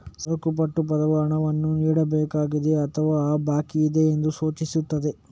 ಸರಕು ಪಟ್ಟಿ ಪದವು ಹಣವನ್ನು ನೀಡಬೇಕಾಗಿದೆ ಅಥವಾ ಬಾಕಿಯಿದೆ ಎಂದು ಸೂಚಿಸುತ್ತದೆ